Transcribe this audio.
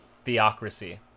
theocracy